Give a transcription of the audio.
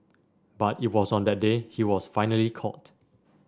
but it was on that day he was finally caught